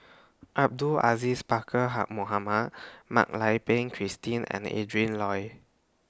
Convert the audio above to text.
Abdul Aziz Pakkeer Ha Mohamed Mak Lai Peng Christine and Adrin Loi